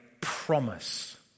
promise